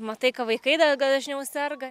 matai ką vaikai dar dažniau serga